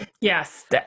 Yes